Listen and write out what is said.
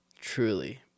Truly